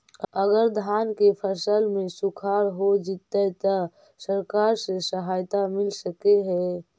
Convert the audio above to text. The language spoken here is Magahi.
अगर धान के फ़सल में सुखाड़ होजितै त सरकार से सहायता मिल सके हे?